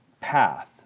path